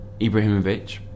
Ibrahimovic